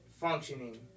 functioning